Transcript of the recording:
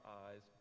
eyes